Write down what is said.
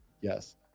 Yes